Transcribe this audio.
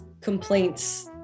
complaints